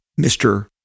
Mr